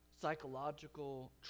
psychological